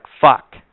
Fuck